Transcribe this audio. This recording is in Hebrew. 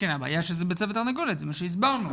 כן, הבעיה שזה ביצה ותרנגולת, זה מה שהסברנו.